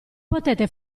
potete